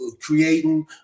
creating